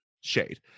shade